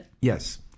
yes